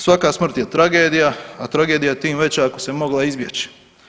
Svaka smrt je tragedija, a tragedija je tim veća ako se mogla izbjeći.